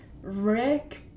Rick